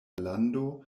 lando